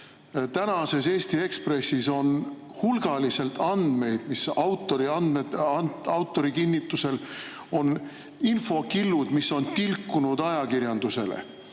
Tänases Eesti Ekspressis on hulgaliselt andmeid, mis autori kinnitusel on infokillud, mis on tilkunud ajakirjandusele.